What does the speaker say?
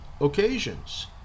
occasions